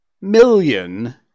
million